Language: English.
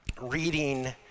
reading